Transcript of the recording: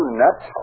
nuts